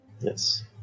Yes